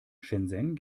shenzhen